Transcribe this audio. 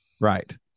Right